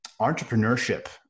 Entrepreneurship